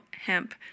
Hemp